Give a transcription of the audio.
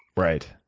right.